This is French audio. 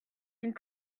une